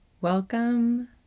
Welcome